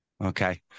Okay